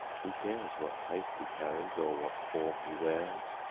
who cares what face he carries or what form he wears?